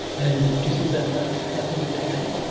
and do you think that might happen eventually?